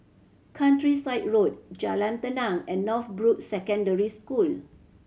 Countryside Road Jalan Tenang and Northbrooks Secondary School